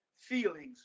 feelings